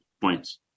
points